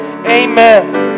Amen